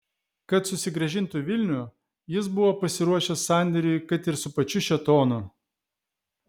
kad susigrąžintų vilnių jis buvo pasiruošęs sandėriui kad ir su pačiu šėtonu